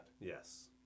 Yes